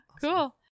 cool